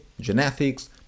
genetics